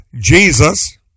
Jesus